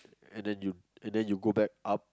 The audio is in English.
and then you and then you go back up